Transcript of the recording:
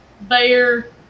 bear